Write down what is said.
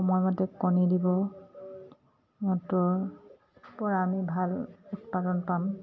সময়মতে কণী দিব সিহঁতৰ পৰা আমি ভাল উৎপাদন পাম